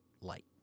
light